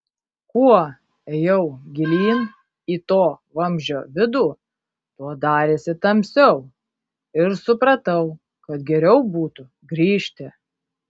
kuo ėjau gilyn į to vamzdžio vidų tuo darėsi tamsiau ir supratau kad geriau būtų grįžti